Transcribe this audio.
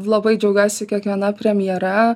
labai džiaugiuosi kiekviena premjera